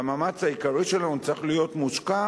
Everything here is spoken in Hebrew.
והמאמץ העיקרי שלנו צריך להיות מושקע